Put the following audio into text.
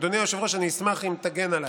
אדוני היושב-ראש, אני אשמח אם תגן עליי.